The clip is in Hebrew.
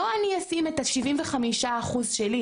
הוא לא אומר: אני אשים את ה-75% שלי,